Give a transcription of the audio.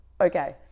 okay